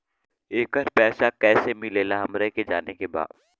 येकर पैसा कैसे मिलेला हमरा के जाने के बा?